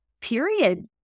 period